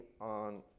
on